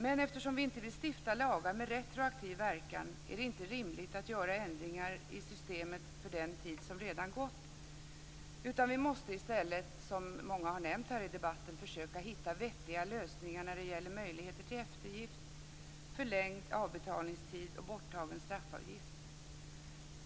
Men eftersom vi inte vill stifta lagar med retroaktiv verkan är det inte rimligt att göra ändringar i systemet för den tid som redan gått, utan vi måste i stället, som många har nämnt i debatten, försöka hitta vettiga lösningar när det gäller möjligheter till eftergift, förlängd avbetalningstid och borttagen straffavgift.